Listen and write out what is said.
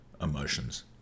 emotions